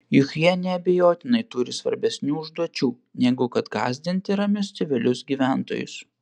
juk jie neabejotinai turi svarbesnių užduočių negu kad gąsdinti ramius civilius gyventojus